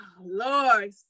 Lord